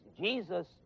Jesus